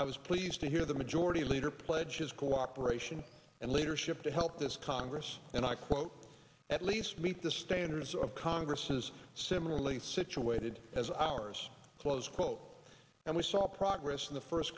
i was pleased to hear the majority leader pledge his cooperation and leadership to help this congress and i quote at least meet the standards of congress is similarly situated as ours close quote and we saw progress in the first